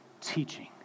teaching